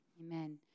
Amen